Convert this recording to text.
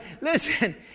listen